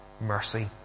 mercy